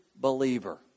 believer